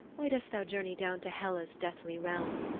why dost thou journey down to hela's deathly realm?